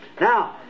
Now